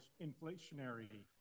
inflationary